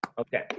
Okay